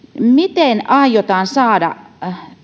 miten aiotaan saada